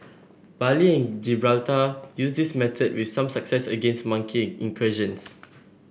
Bali Gibraltar used this method with some success against monkey incursions